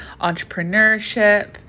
entrepreneurship